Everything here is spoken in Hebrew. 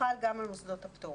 חל גם על מוסדות הפטור